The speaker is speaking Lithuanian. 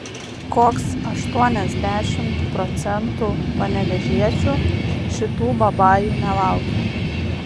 koks aštuoniasdešimt procentų panevėžiečių šitų babajų nelaukia